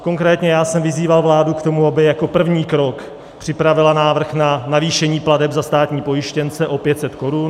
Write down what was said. Konkrétně já jsem vyzýval vládu k tomu, aby jako první krok připravila návrh na navýšení plateb za státní pojištěnce o 500 korun.